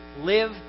live